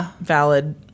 valid